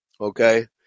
okay